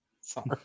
Sorry